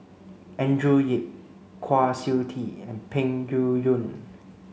Andrew Yip Kwa Siew Tee and Peng Yuyun